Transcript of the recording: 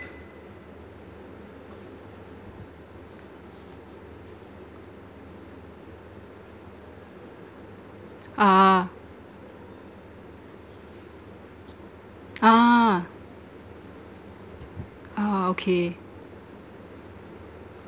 ah ah ah okay